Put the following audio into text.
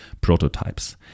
prototypes